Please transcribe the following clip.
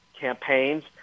campaigns